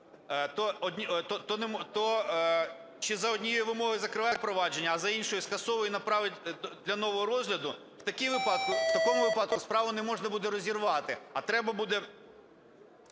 чи за однією вимогою закриває провадження, а за іншою скасовує і направить для нового розгляду, в такому випадку справу не можна буде розірвати, а треба буде